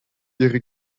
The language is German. ihre